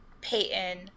Peyton